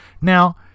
Now